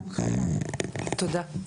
תודה.